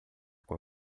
com